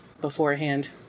beforehand